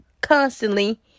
constantly